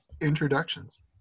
introductions